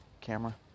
camera